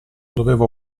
dovevo